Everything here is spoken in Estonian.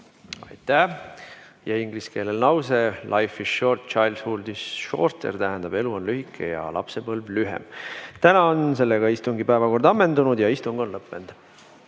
Aitäh! Ja ingliskeelne lauseLife is short but childhood is shortertähendab, et elu on lühike, aga lapsepõlv veel lühem. Täna on sellega istungi päevakord ammendunud ja istung on lõppenud.